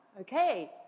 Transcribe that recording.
okay